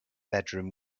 bedroom